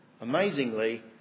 amazingly